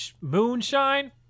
moonshine